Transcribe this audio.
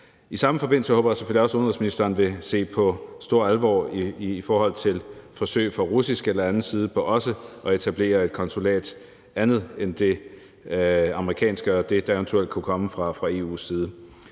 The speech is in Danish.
I samme forbindelse håber jeg selvfølgelig også, at udenrigsministeren vil se med stor alvor på forsøg fra russisk eller anden side på også at etablere et konsulat ud over det amerikanske og det, der eventuelt kunne komme fra EU's side.